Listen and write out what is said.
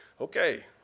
okay